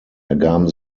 ergaben